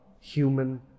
human